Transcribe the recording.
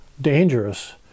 dangerous